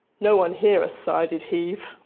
no-one here a sigh did heave.